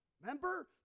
Remember